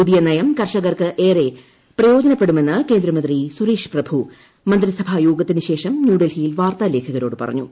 പുതിയ നയം കർഷകർക്ക് ഏറെ പ്രയോജനപ്പെടുമെന്ന് കേന്ദ്രമന്ത്രി സുരേഷ് പ്രഭു മന്ത്രിസഭാ യോഗത്തിന് ശേഷം ന്യൂഡൽഹിയിൽ വാർത്താ ലേഖകരോട് പറഞ്ഞു